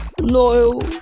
Loyal